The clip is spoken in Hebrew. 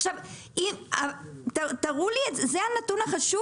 עכשיו תראו לי את זה, זה הנתון החשוב.